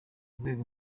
rwego